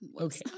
Okay